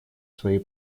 своей